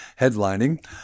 headlining